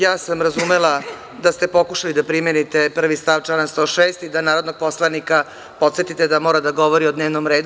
Ja sam razumela da ste pokušali da primenite prvi stav člana 106. i da narodnog poslanika podsetite da mora da govori o dnevnom redu.